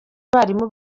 abarimu